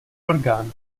orgán